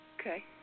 Okay